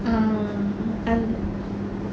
uh mm